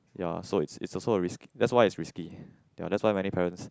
ya so it's it's also a risk that's why it's risky ya that's why many parents